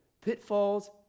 pitfalls